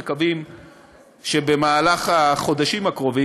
ומקווים שבחודשים הקרובים,